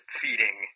feeding